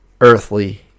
earthly